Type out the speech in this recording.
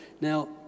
Now